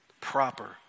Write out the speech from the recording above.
Proper